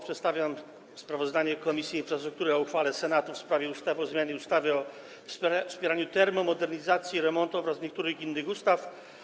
Przedstawiam sprawozdanie Komisji Infrastruktury o uchwale Senatu w sprawie ustawy o zmianie ustawy o wspieraniu termomodernizacji i remontów oraz niektórych innych ustaw.